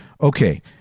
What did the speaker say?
Okay